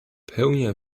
pełnia